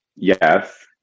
Yes